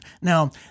Now